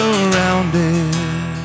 Surrounded